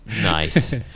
Nice